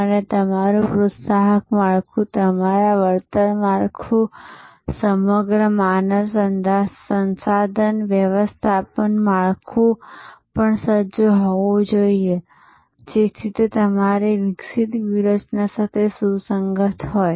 અને તમારું પ્રોત્સાહક માળખું તમારું વળતર માળખું સમગ્ર માનવ સંસાધન વ્યવસ્થાપન માળખું પણ સજ્જ હોવું જોઈએ જેથી તે તમારી વિકસતી વ્યૂહરચના સાથે સુસંગત હોય